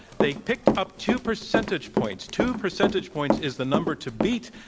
they picked up two percentage points, two percentage points is the number to beat.